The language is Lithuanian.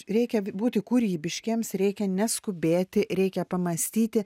reikia būti kūrybiškiems reikia neskubėti reikia pamąstyti